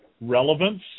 Relevance